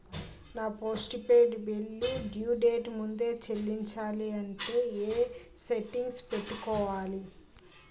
నా postpaid bill due date ముందే చెల్లించాలంటే ఎ సెట్టింగ్స్ పెట్టుకోవాలి?